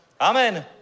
Amen